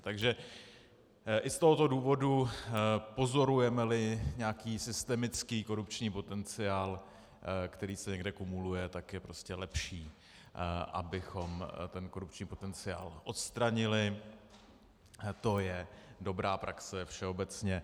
Takže i z tohoto důvodu, pozorujemeli nějaký systemický korupční potenciál, který se někde kumuluje, tak je lepší, abychom ten korupční potenciál odstranili, to je dobrá praxe všeobecně.